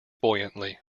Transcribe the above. buoyantly